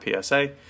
PSA